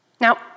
Now